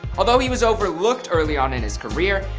although he was overlooked early on in his career,